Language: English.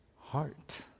heart